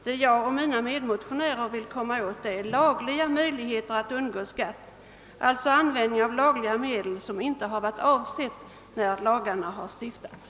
Vad jag och mina medmotionärer vill komma åt är lagliga möjligheter att undgå skatt, d.v.s. användning av lagliga medel som inte uppmärksammats när lagarna stiftades.